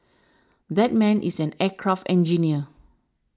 that man is an aircraft engineer